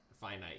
finite